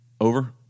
over